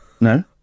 No